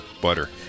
Butter